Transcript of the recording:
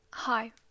hi